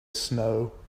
snow